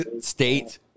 State